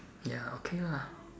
ya okay lah